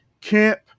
camp